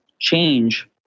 change